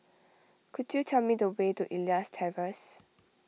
could you tell me the way to Elias Terrace